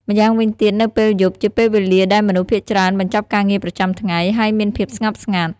ម្យ៉ាងវិញទៀតនៅពេលយប់ជាពេលវេលាដែលមនុស្សភាគច្រើនបញ្ចប់ការងារប្រចាំថ្ងៃ ហើយមានភាពស្ងប់ស្ងាត់ ។